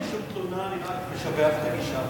אין לי שום תלונה, אני רק משבח את הגישה.